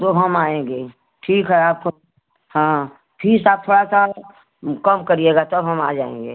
तो हम आएँगे ठीक है आपको हाँ फीस आप थोड़ा सा कम करिएगा तब हम आ जाएँगे